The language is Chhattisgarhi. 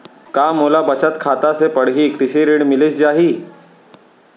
का मोला बचत खाता से पड़ही कृषि ऋण मिलिस जाही?